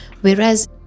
Whereas